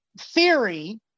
theory